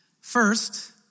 First